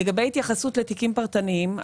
לגבי התייחסות לתיקים פרטניים,